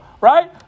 right